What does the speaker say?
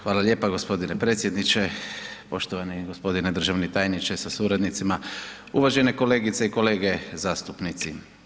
Hvala lijepa gospodine predsjedniče, poštovani gospodine državni tajniče sa suradnicima, uvažene kolegice i kolege zastupnici.